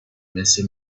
missing